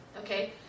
okay